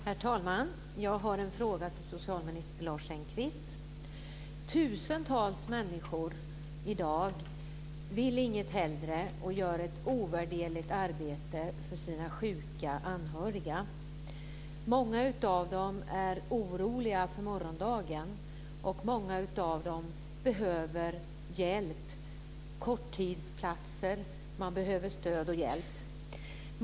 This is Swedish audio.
Herr talman! Jag har en fråga till socialminister Tusentals människor i dag vill inget hellre än att arbeta med sina sjuka anhöriga, och de gör ett ovärderligt arbete. Många av dem är oroliga för morgondagen, och många av dem behöver hjälp. Det handlar om korttidsplatser. De behöver stöd och hjälp.